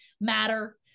matter